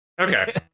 Okay